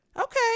okay